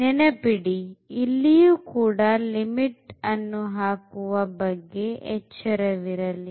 ನೆನಪಿಡಿ ಇಲ್ಲಿಯೂ ಕೂಡ ಲಿಮಿಟ್ ಅನ್ನು ಹಾಕುವ ಬಗ್ಗೆ ಎಚ್ಚರವಿರಲಿ